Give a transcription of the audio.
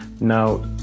Now